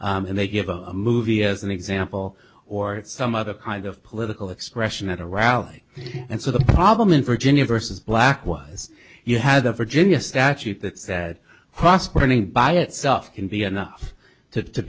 insanity and they give a movie as an example or some other kind of political expression at a rally and so the problem in virginia versus black was you had the virginia statute that said prospering by itself can be enough to to